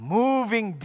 moving